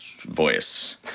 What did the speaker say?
voice